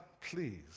please